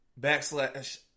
backslash